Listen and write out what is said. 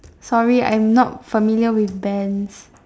sorry I'm not familiar with bands